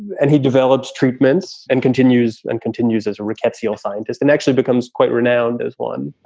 and he develops treatments and continues and continues as a rickety old scientist and actually becomes quite renowned as one.